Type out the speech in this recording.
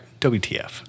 WTF